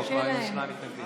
מה הקשר לדברים?